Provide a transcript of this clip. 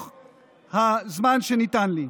בזמן שניתן לי.